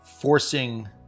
forcing